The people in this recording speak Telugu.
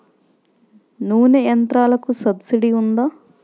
నూనె యంత్రాలకు సబ్సిడీ ఉందా?